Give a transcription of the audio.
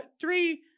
three